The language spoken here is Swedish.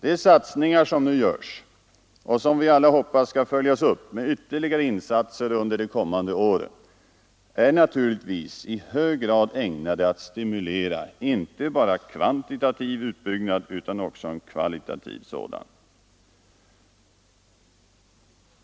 De satsningar som nu görs och som vi alla hoppas skall följas upp med ytterligare insatser under de närmaste åren är naturligtvis i hög grad ägnade att stimulera inte bara en kvantitativ utbyggnad utan också en kvalitativ sådan.